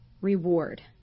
reward